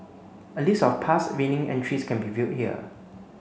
a list of past winning entries can be viewed here